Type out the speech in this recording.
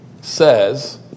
says